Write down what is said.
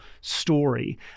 story